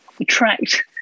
attract